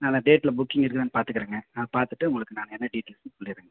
நான் அந்த டேட்டில் புக்கிங் இருக்குதான்னு பார்த்துக்கறேங்க நான் பார்த்துட்டு உங்களுக்கு நான் என்ன டீட்டெயில்ஸுன்னு சொல்லிடுறேங்க சார்